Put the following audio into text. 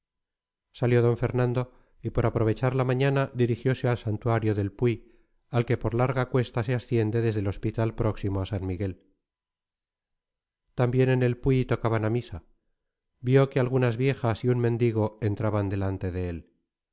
salió d fernando y por aprovechar la mañana dirigiose al santuario del puy al que por larga cuesta se asciende desde el hospital próximo a san miguel también en el puy tocaban a misa vio que algunas viejas y un mendigo entraban delante de él